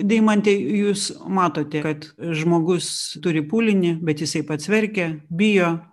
deimante jūs matote kad žmogus turi pūlinį bet jisai pats verkia bijo